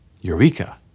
Eureka